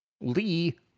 Lee